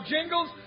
Jingles